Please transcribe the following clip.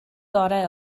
gorau